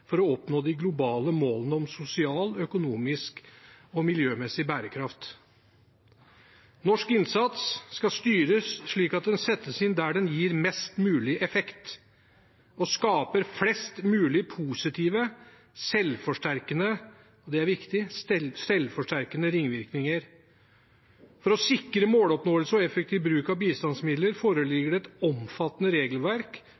for å oppnå de globale målene om sosial, økonomisk og miljømessig bærekraft. Norsk innsats skal styres slik at den settes inn der den gir mest mulig effekt og skaper flest mulig positive, selvforsterkende – det er viktig – ringvirkninger. For å sikre måloppnåelse og effektiv bruk av bistandsmidler